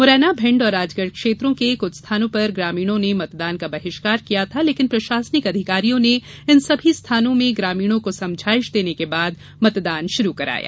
मुरैना भिण्ड और राजगढ़ क्षेत्रों के कुछ स्थानों पर ग्रामीणों ने मतदान का बहिष्कार किया था लेकिन प्रशासनिक अधिकारियों ने इन सभी स्थानों में ग्रामीणों को समझाइश देने के बाद मतदान शुरू कराया